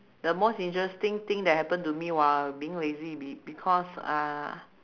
the most interesting thing that happen to me while being lazy be~ because uh